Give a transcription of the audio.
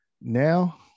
Now